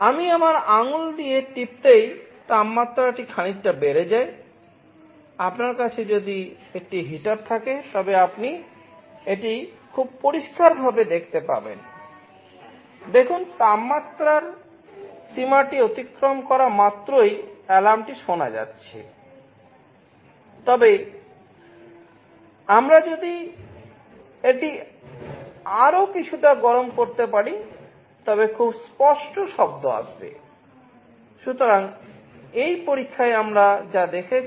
আমি আমার আঙুল দিয়ে টিপতেই করতে পারি